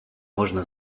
можна